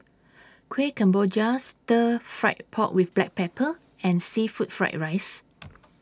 Kuih Kemboja Stir Fried Pork with Black Pepper and Seafood Fried Rice